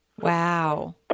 Wow